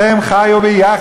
דורי דורות אבותיכם חיו יחד.